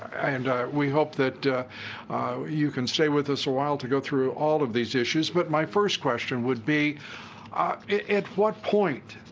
and we hope that you can stay with us a while to go through all of these issues. but my first question would be at what point,